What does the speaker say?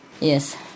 Yes